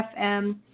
fm